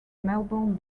melbourne